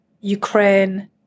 Ukraine